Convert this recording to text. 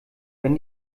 wenn